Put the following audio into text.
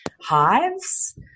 Hives